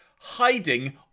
hiding